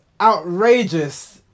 outrageous